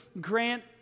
grant